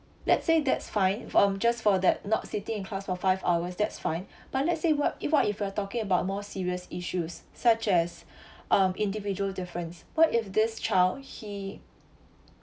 let's say that's fine um just for that not sitting in class for five hours that's fine but let's say what if what if you are talking about more serious issues such as um individual difference what if this child he